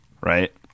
right